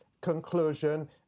conclusion